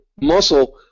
muscle